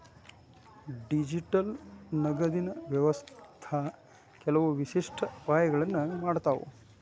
digital ನಗದಿನ್ ವ್ಯವಸ್ಥಾ ಕೆಲವು ವಿಶಿಷ್ಟ ಅಪಾಯಗಳನ್ನ ಮಾಡತಾವ